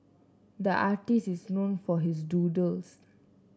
the artist is known for his doodles